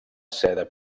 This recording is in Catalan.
seda